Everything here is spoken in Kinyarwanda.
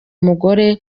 mugore